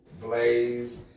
Blaze